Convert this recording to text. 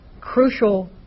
crucial